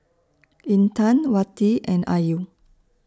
Intan Wati and Ayu